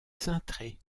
cintrées